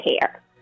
care